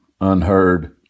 unheard